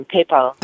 PayPal